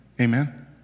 Amen